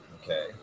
Okay